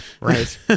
right